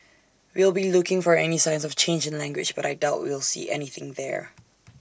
we'll be looking for any signs of change in language but I doubt we'll see anything there